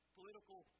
political